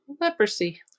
leprosy